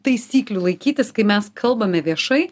taisyklių laikytis kai mes kalbame viešai